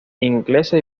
inglesa